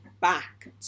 back